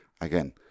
again